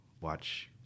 watch